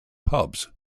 pubs